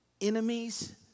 Enemies